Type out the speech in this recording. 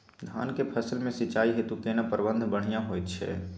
धान के फसल में सिंचाई हेतु केना प्रबंध बढ़िया होयत छै?